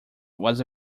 was